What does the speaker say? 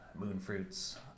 Moonfruits